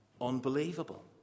unbelievable